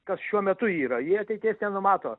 kas šiuo metu yra jie ateities nenumato